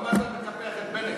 למה אתה מקפח את בנט?